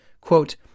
Quote